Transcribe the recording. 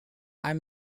i’m